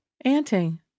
Anting